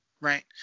Right